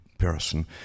person